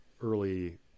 early